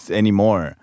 anymore